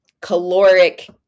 caloric